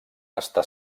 està